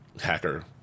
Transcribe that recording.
Hacker